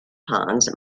ponds